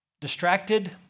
distracted